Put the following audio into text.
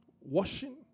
washing